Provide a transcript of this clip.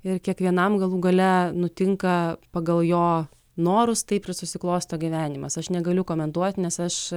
ir kiekvienam galų gale nutinka pagal jo norus taip ir susiklosto gyvenimas aš negaliu komentuot nes aš